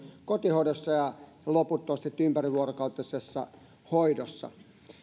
kotihoidossa ja loput ovat sitten ympärivuorokautisessa hoidossa